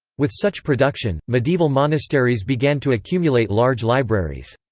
with such production, medieval monasteries began to accumulate large libraries.